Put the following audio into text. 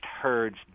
herds